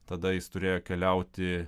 tada jis turėjo keliauti